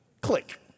Click